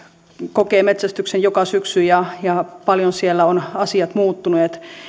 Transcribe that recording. kokee metsästyksen joka syksy ja ja paljon siellä ovat asiat muuttuneet